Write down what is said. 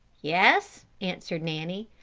yes, answered nanny.